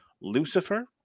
Lucifer